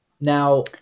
Now